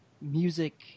music